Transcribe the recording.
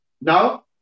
Now